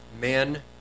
men